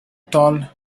tall